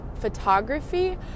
photography